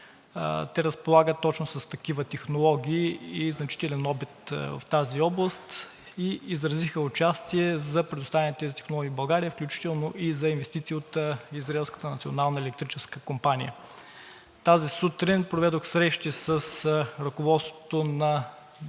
Те разполагат точно с такива технологии и значителен опит в тази област и изразиха желание за предоставяне на тези технологии в България, включително и за инвестиции от израелската национална електрическа компания. Тази сутрин проведох срещи с ръководството на двете